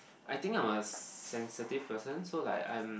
I think I'm a sensitive person so like I'm